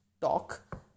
talk